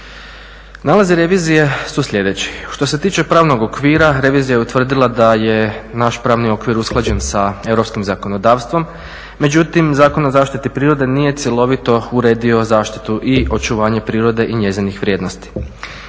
Nalazi revizije su sljedeći: Što se tiče pravnog okvira revizija je utvrdila da je naš pravni okvir usklađen sa europskim zakonodavstvom. Međutim, Zakon o zaštiti prirode nije cjelovito uredio zaštitu i očuvanje prirode i njezinih vrijednosti.